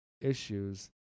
issues